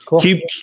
Keep